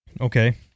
Okay